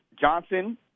Johnson